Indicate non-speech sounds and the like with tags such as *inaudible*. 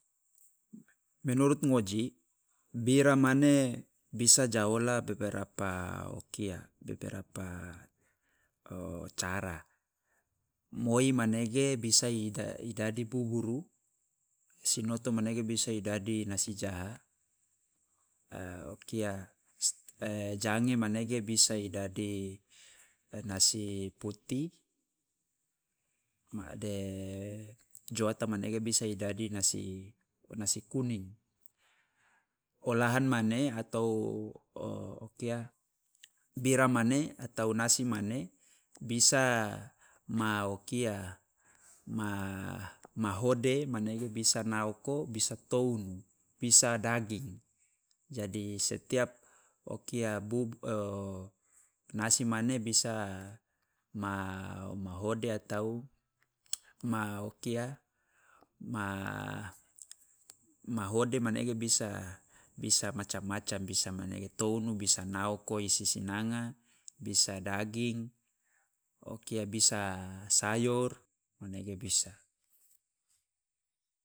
Menurut ngoji bira mane bisa ja ola beberapa o kia beberapa *hesitation* cara, moi manege bisa i da- dadi buburu, sinoto manege bisa i dadi nasi jaha, *hesitation* o kia *hesitation* jange manege bisa i dadi nasi putih ma de joata manege bisa i dadi nasi kuning, olahan mane atau o kia bira mane atau nasi mane bisa ma o kia ma ma hode manege bisa naoko, bisa tounu, bisa daging, jadi setiap o kia *unintelligible* *hesitation* nasi mane bisa ma hode atau ma o kia ma- ma- ma hode manege bisa bisa macam macam bisa mane tounu, bisa naoko i si sinanga, bisa daging o kia bisa sayor, manege bisa.